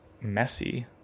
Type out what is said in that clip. messy